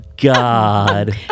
god